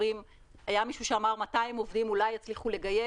היה מישהו שאמר שאולי יגייסו 200 עובדים.